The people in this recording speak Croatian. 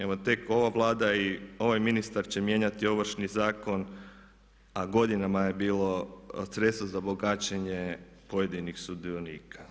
Evo tek ova Vlada i ovaj ministar će mijenjati ovršni zakon a godinama je bilo sredstvo za bogaćenje pojedinih sudionika.